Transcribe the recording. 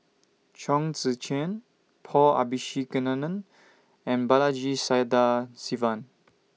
Chong Tze Chien Paul Abisheganaden and Balaji Sadasivan